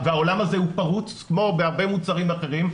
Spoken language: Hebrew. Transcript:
והעולם הזה הוא פרוץ כמו בהרבה מוצרים אחרים,